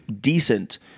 decent